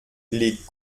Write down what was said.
les